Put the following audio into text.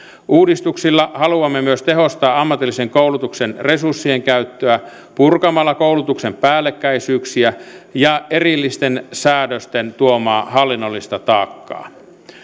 uudistuksilla haluamme myös tehostaa ammatillisen koulutuksen resurssien käyttöä purkamalla koulutuksen päällekkäisyyksiä ja erillisten säädösten tuomaa hallinnollista taakkaa